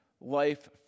life